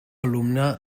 alumne